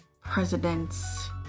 president's